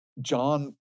John